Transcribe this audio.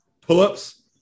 pull-ups